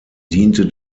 diente